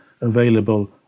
available